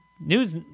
news